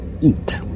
eat